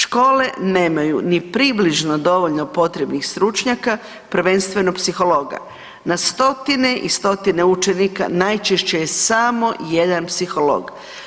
Škole nemaju ni približno dovoljno potrebnih stručnjaka, prvenstveno psihologa, na stotine i stotine učenika najčešće je samo jedan psiholog.